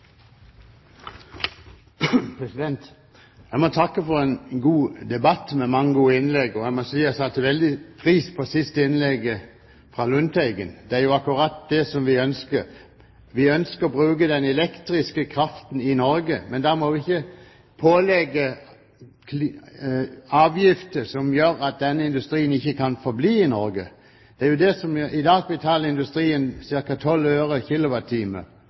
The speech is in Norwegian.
jeg må si jeg satte veldig pris på siste innlegget fra Lundteigen. Det er jo akkurat det vi ønsker; vi ønsker å bruke den elektriske kraften i Norge. Men da må vi ikke pålegge avgifter som gjør at denne industrien ikke kan forbli i Norge. I dag betaler industrien ca. 12 øre/kWh i avgift. Hvorfor det? Fordi vi produserer vannkraft? Selvfølgelig er det for at staten skal få inn avgifter. Og det